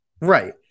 Right